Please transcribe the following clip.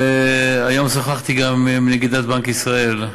היום שוחחתי גם עם נגידת בנק ישראל,